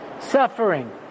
suffering